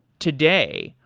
today,